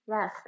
Yes